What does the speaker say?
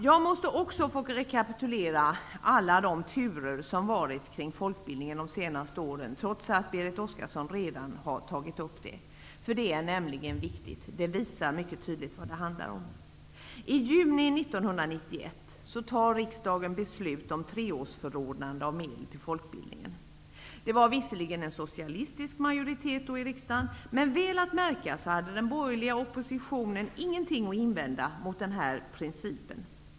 Jag måste också få rekapitulera alla de turer som varit kring folkbildningen de senaste åren, trots att Berit Oscarsson redan har tagit upp det. Det är nämligen viktigt; det visar mycket tydligt vad det handlar om. I juni 1991 fattade riksdagen beslut om treårsförordnande av medel till folkbildningen. Det var visserligen en socialistisk majoritet i riksdagen då, men väl att märka är att den borgerliga oppositionen inte hade något att invända mot den principen.